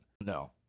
No